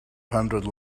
hundred